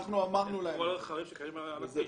כל הרכבים שקיימים היום על הכביש.